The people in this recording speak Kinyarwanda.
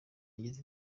yagize